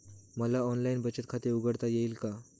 मला ऑनलाइन बचत खाते उघडता येईल का?